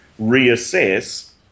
reassess